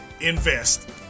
Invest